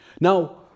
Now